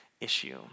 issue